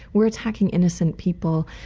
we're attacking innocent people'.